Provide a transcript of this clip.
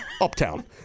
uptown